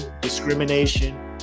discrimination